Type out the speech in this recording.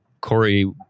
Corey